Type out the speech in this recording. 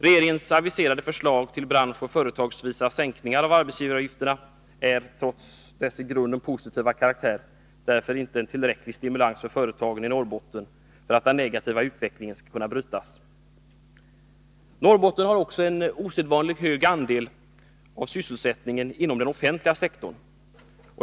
Regeringens aviserade förslag till branschoch företagsvisa sänkningar av arbetsgivaravgifterna är, trots dess i grunden positiva karaktär, därför inte en tillräcklig stimulans för företagen i Norrbotten för att den negativa utvecklingen skall kunna brytas. Norrbotten har också en osedvanligt hög andel av sysselsättningen inom den offentliga sektorn.